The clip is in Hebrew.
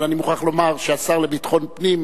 אבל אני מוכרח לומר שהשר לביטחון פנים,